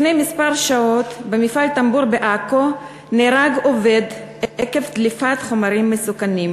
לפני כמה שעות נהרג עובד במפעל "טמבור" בעכו עקב דליפת חומרים מסוכנים.